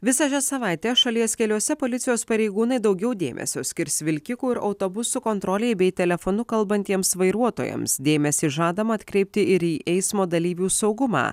visą šią savaitę šalies keliuose policijos pareigūnai daugiau dėmesio skirs vilkikų ir autobusų kontrolei bei telefonu kalbantiems vairuotojams dėmesį žadama atkreipti ir į eismo dalyvių saugumą